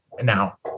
Now